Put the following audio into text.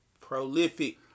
Prolific